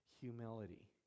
humility